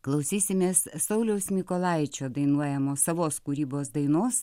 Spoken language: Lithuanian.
klausysimės sauliaus mykolaičio dainuojamos savos kūrybos dainos